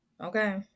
Okay